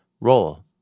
role